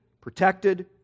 protected